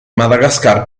madagascar